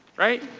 right?